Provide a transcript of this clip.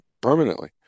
permanently